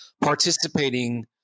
participating